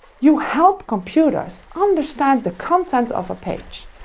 you help computers understand the content of a page.